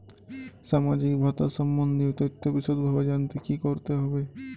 সামাজিক ভাতা সম্বন্ধীয় তথ্য বিষদভাবে জানতে কী করতে হবে?